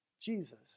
Jesus